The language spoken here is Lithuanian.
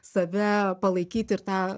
save palaikyt ir tą